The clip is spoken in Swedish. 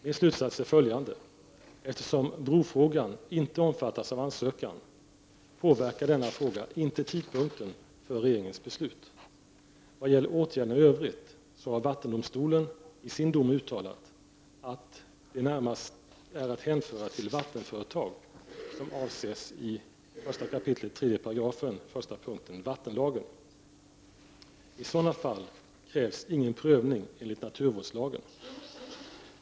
Min slutsats är följande: Eftersom ”brofrågan” inte omfattas av ansökan påverkar denna fråga inte tidpunkten för regeringens beslut. När det gäller åtgärderna i övrigt så har vattendomstolen i sin dom uttalat att de närmast är att hänföra till vattenföretag som avses i 1 kap. 3§ första punkten vattenlagen. I sådana fall krävs ingen prövning enligt naturvårdslagen.